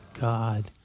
God